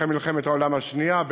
אחרי מלחמת העולם השנייה,